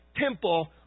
temple